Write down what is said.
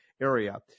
area